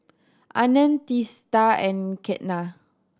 Anand Teesta and Ketna